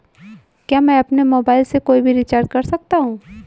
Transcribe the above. क्या मैं अपने मोबाइल से कोई भी रिचार्ज कर सकता हूँ?